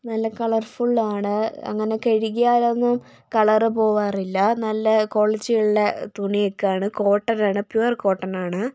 നല്ല കളർഫുൾ ആണ് അങ്ങനെ കഴുകിയാലൊന്നും കളർ പോവാറില്ല നല്ല ക്വാളിറ്റി ഉള്ള തുണിയൊക്കെ ആണ് കോട്ടൺ ആണ് പ്യുവർ കോട്ടൺ ആണ്